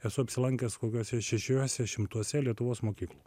esu apsilankęs kokiuose šešiuose šimtuose lietuvos mokyklų